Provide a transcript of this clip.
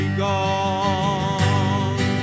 gone